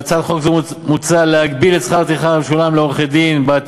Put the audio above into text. בהצעת חוק זו מוצע להגביל את שכר הטרחה המשולם לעורכי-דין בעד